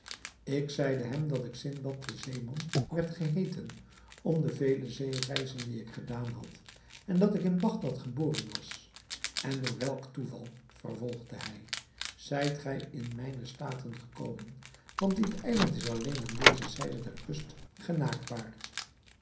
ik zeide hem dat ik sindbad de zeeman werd geheeten om de vele zeereizen die ik gedaan had en dat ik in bagdad geboren was en door welk toeval vervolgde hij zijt gij in mijne staten gekomen want dit eiland is alleen aan deze zijde der kust